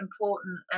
important